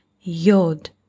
Yod